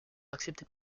acceptés